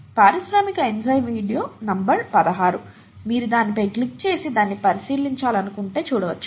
పారిశ్రామిక enzyme video number 16 మీరు దానిపై క్లిక్ చేసి దాన్ని పరిశీలించాలనుకుంటే చూడవచ్చు